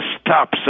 stop